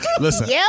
Listen